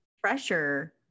pressure